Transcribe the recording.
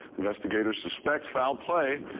investigators suspect foul play.